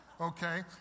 Okay